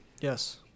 yes